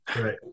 Right